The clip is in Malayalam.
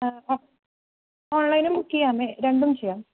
ഓൺലൈനും ബുക്ക് ചെയ്യാം രണ്ടും ചെയ്യാം